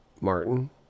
Martin